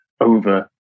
over